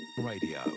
radio